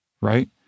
right